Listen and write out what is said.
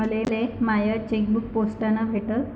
मले my chequebook पोस्टानं भेटल